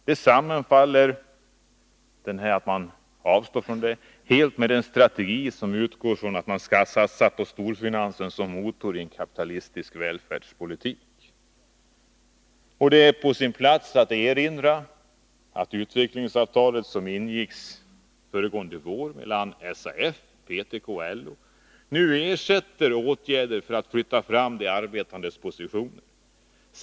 Detta sammanfaller helt med den strategi som går ut på att satsa på storfinansen som motor i en kapitalistisk välfärdspolitik. Det är på sin plats att erinra om att utvecklingsavtalet som förra året ingicks mellan SAF resp. PTK och LO nu ersätter alla åtgärder för att flytta fram de arbetandes positioner.